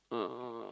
uh